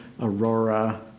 Aurora